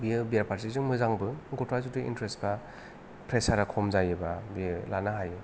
बियो बेरा फारसेजों मोजांबो गथ'आ जुदि इन्टेरेस्टबा प्रेसारआ खम जायोबा बे लानो हायो